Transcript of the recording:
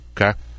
okay